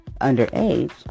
underage